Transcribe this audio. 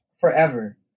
forever